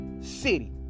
city